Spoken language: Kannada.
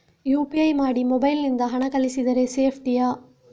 ಯು.ಪಿ.ಐ ಮಾಡಿ ಮೊಬೈಲ್ ನಿಂದ ಹಣ ಕಳಿಸಿದರೆ ಸೇಪ್ಟಿಯಾ?